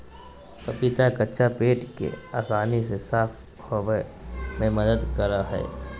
पपीता कच्चा पेट के आसानी से साफ होबे में मदद करा हइ